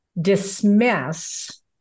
dismiss